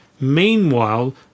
Meanwhile